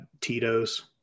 Tito's